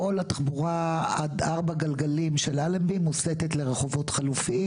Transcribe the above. כול התחבורה על ארבעה גלגלים של אלנבי מוסטת לרחובות חלופיים,